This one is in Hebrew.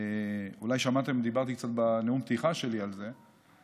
אולי שמעתם, דיברתי קצת בנאום הפתיחה שלי על זה.